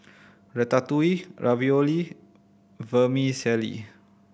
Ratatouille Ravioli Vermicelli